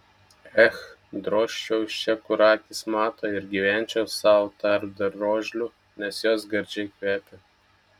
ech drožčiau iš čia kur akys mato ir gyvenčiau sau tarp drožlių nes jos gardžiai kvepia